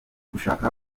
gushaka